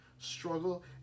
Struggle